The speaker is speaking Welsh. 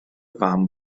fam